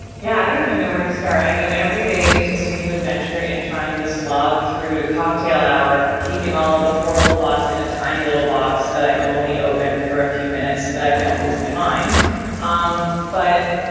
yeah, i don't even know where to start. i mean, every day is just a new adventure and trying to slog through the cocktail hour, keeping all of the horrible thoughts in a tiny little box that i only open for a few minutes so that i don't lose my mind um but